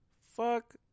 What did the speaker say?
Fuck